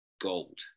gold